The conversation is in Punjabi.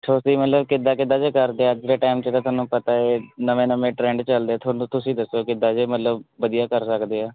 ਤੁਸੀਂ ਮਤਲਬ ਕਿੱਦਾਂ ਕਿੱਦਾਂ ਦੇ ਕਰਦੇ ਅੱਜ ਦੇ ਟਾਈਮ 'ਚ ਤਾਂ ਤੁਹਾਨੂੰ ਪਤਾ ਏ ਨਵੇਂ ਨਵੇਂ ਟਰੈਂਡ ਚੱਲਦੇ ਤੁਹਾਨੂੰ ਤੁਸੀਂ ਦੱਸੋ ਕਿੱਦਾਂ ਜੇ ਮਤਲਬ ਵਧੀਆ ਕਰ ਸਕਦੇ ਆ